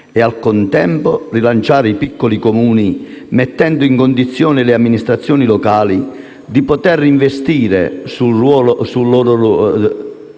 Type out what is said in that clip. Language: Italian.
e, al contempo, rilanciare i piccoli Comuni, mettendo in condizione le amministrazioni locali di poter investire sul loro